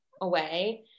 away